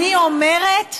אני אומרת: